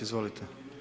Izvolite.